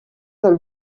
del